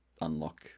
unlock